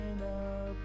up